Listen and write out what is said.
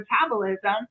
metabolism